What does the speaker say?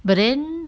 but then